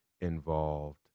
involved